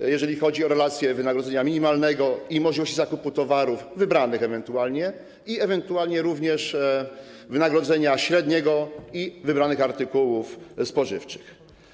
jeżeli chodzi o relacje wynagrodzenia minimalnego i możliwości zakupu ewentualnie wybranych towarów, jak również wynagrodzenia średniego i wybranych artykułów spożywczych.